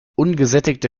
ungesättigte